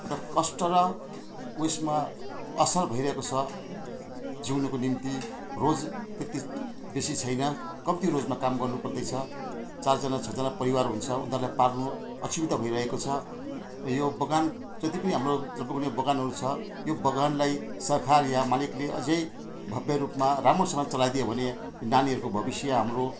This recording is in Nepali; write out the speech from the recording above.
एउटा कष्ट र उयसमा असर भइरहेको छ जिउनुको निम्ति रोज त्यति बेसी छैन कम्ती रोजमा काम गर्नुपर्दैछ चारजना छजना परिवार हुन्छ उनीहरूलाई पाल्नु असुविधा भइरहेको छ अ यो बगान जति पनि हाम्रो जलपाइगुडीमा बगानहरू छ यो बगानलाई सरकार या मालिकले अझै भव्य रूपमा राम्रोसँग चलाइदियो भने नानीहरूको भविष्य हाम्रो